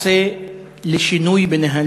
2. מה ייעשה לשינוי בנהלים,